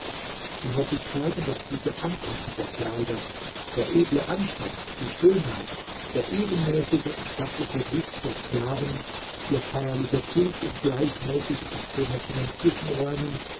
die nettigkeit und das gute anpassen der kleider der edle anstand die schönheit der ebenmäßige und stattliche wuchs der sklaven ihr feierlicher zug in gleichmäßig abgemessenen zwischenräumen